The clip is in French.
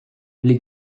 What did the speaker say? les